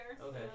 Okay